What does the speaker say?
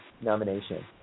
nomination